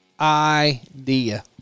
idea